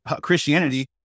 Christianity